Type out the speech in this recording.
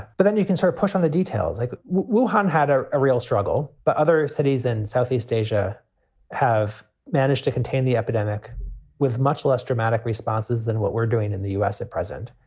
but then you can sort of push on the details. like we've had ah a real struggle, but other cities in southeast asia have managed to contain the epidemic with much less dramatic responses than what we're doing in the us at present.